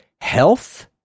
health